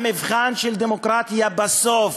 המבחן של דמוקרטיה בסוף